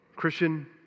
Christian